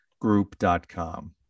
group.com